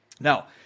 Now